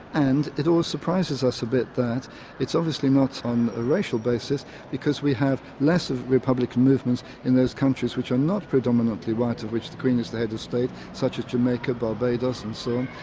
and it always surprises us a bit that it's obviously not on a racial basis because we have less of republican movements in those countries which are not predominantly white of which the queen is the head of state, such as jamaica, barbados and so